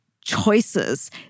choices